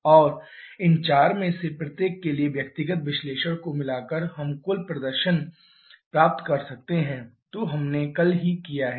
और इन चार में से प्रत्येक के लिए व्यक्तिगत विश्लेषण को मिलाकर हम कुल चक्र प्रदर्शन प्राप्त कर सकते हैं जो हमने कल ही किया है